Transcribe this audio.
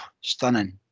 stunning